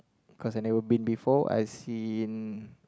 cause I never been before I seen